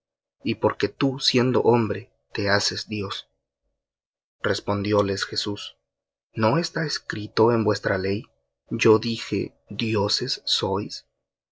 y porque tú siendo hombre te haces dios respondióles jesús no está escrito en vuestra ley yo dije dioses sois